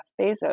Bezos